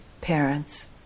parents